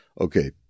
Okay